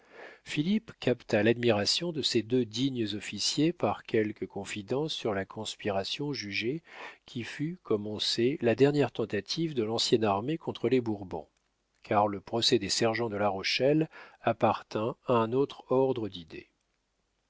philippe capta l'admiration de ces deux dignes officiers par quelques confidences sur la conspiration jugée qui fut comme on sait la dernière tentative de l'ancienne armée contre les bourbons car le procès des sergents de la rochelle appartint à un autre ordre d'idées